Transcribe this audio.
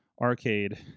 arcade